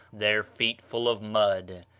their feet full of mud.